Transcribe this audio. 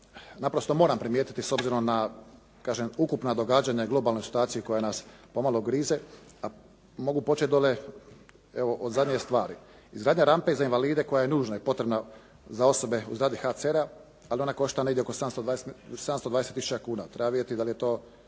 naprosto moram primijetiti s obzirom na kažem ukupna događanja i globalnoj situaciji koja nas pomalo grize. Mogu počet dole od ove zadnje stvari. Izgradnja rampe za invalide koja je nužna i potrebna za osobe u zgradi HCR-a, ali ona košta negdje oko 720000 kuna. Treba vidjeti da li je to